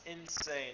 insane